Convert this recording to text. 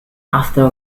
after